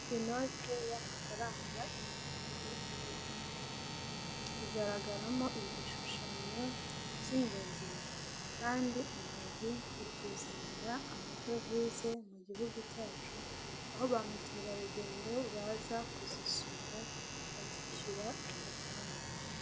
Inoti y'amafaranga igihumbi y'u Rwand, igaragaramo igishushanyo cy'ingagi kandi ingagi zituzanira amadovize mu gihugu cyacu aho ba mukerarugendo baza kuzisura bakishyura ayo mafaranga.